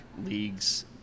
leagues